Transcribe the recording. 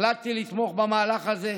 החלטתי לתמוך במהלך הזה,